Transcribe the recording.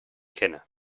kenne